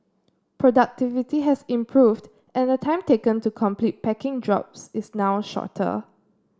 productivity has improved and the time taken to complete packing jobs is now shorter